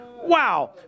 wow